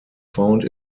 found